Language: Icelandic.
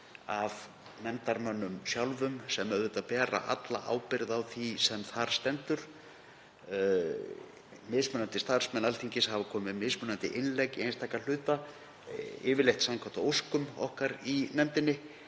af nefndarmönnum sjálfum sem auðvitað bera alla ábyrgð á því sem þar stendur. Mismunandi starfsmenn Alþingis hafa komið með mismunandi innlegg í einstaka hluta, yfirleitt samkvæmt óskum okkar í nefndinni,